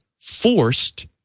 forced